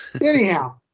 Anyhow